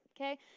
okay